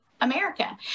America